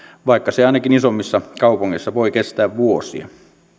vaikka se ainakin isommissa kaupungeissa voi kestää vuosia